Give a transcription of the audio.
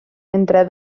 entre